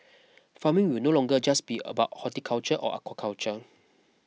farming will no longer just be about horticulture or aquaculture